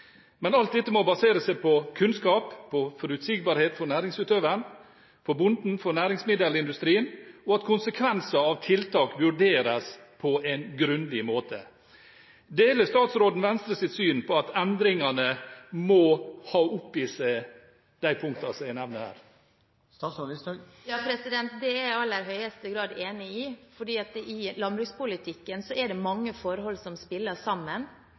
Men alt dette må basere seg på kunnskap, på forutsigbarhet for næringsutøveren – for bonden og for næringsmiddelindustrien – og på at konsekvenser av tiltak vurderes på en grundig måte. Deler statsråden Venstres syn på at endringene må ta opp i seg de punktene som jeg nevner her? Det er jeg i aller høyeste grad enig i, for i landbrukspolitikken er det mange forhold som spiller sammen.